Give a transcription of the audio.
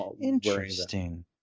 interesting